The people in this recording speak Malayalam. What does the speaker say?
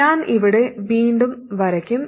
ഞാൻ ഇവിടെ സർക്യൂട്ട് വീണ്ടും വരയ്ക്കും